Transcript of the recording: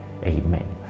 Amen